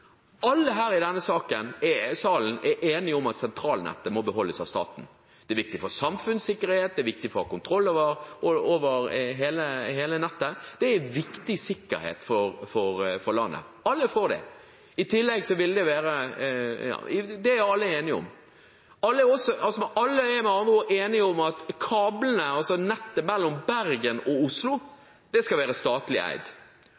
Alle i denne salen er enige om at sentralnettet må beholdes av staten. Det er viktig for samfunnssikkerhet. Det er viktig for kontroll over hele nettet. Det er viktig sikkerhet for landet. Alle er for det. Det er alle enige om. Alle er med andre ord enige om at kablene, altså nettet mellom Bergen og Oslo, skal være statlig eid.